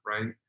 Right